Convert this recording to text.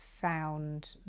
found